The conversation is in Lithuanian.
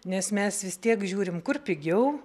nes mes vis tiek žiūrim kur pigiau